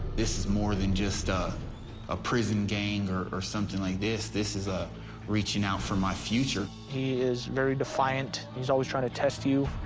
this is more than just ah a prison gang or or something like this, this is a reaching out for my future. he is very defiant. he's always trying to test you.